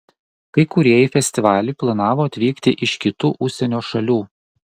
kai kurie į festivalį planavo atvykti iš kitų užsienio šalių